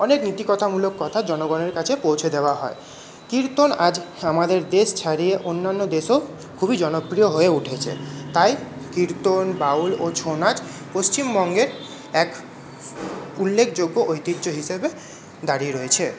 অনেক নীতিকথামূলক কথা জনগণের কাছে পৌঁছে দেওয়া হয় কীর্তন আজ হ্যাঁ আমাদের দেশ ছাড়িয়ে অন্যান্য দেশেও খুবই জনপ্রিয় হয়ে উঠেছে তাই কীর্তন বাউল ও ছৌ নাচ পশ্চিমবঙ্গের এক উল্লেখযোগ্য ঐতিহ্য হিসেবে দাঁড়িয়ে রয়েছে